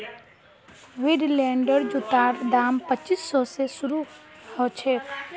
वुडलैंडेर जूतार दाम पच्चीस सौ स शुरू ह छेक